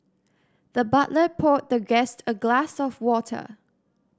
the butler poured the guest a glass of water